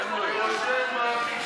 אתם לא יודעים על מה אתם